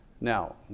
Now